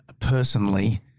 personally